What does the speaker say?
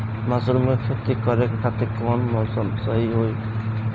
Mushroom के खेती करेके खातिर कवन मौसम सही होई?